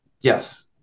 Yes